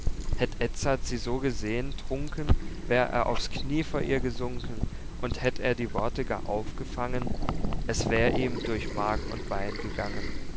edzard sie so gesehen trunken wär er aufs knie vor ihr gesunken und hätt er die worte gar aufgefangen es wär ihm durch mark und bein gegangen